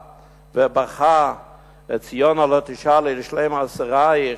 ובכה את "ציון הלוא תשאלי לשלום אסירייך"